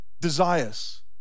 desires